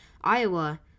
Iowa